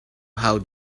how